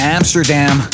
Amsterdam